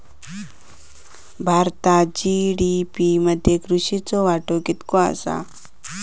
भारतात जी.डी.पी मध्ये कृषीचो वाटो कितको आसा?